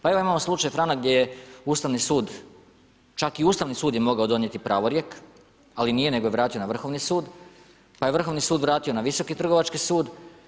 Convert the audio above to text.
Pa evo imamo slučaj Franak gdje je Ustavni sud, čak i Ustavni sud je mogao donijeti pravorijek, ali nije nego je vraćen na Vrhovni sud, pa je Vrhovni sud vratio na Visoki trgovački sud.